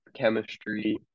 chemistry